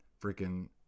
freaking